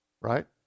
right